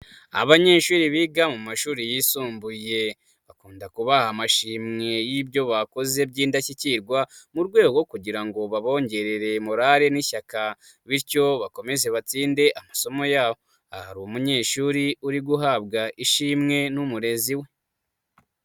Abanyeshuri biga mu mashuri yisumbuye, bakunda kubaha amashimwe y'ibyo bakoze by'indashyikirwa, mu rwego kugira ngo babongerere morale n'ishyaka, bityo bakomeze batsinde amasomo yabo, aha hari umunyeshuri uri guhabwa ishimwe n'umurezi we.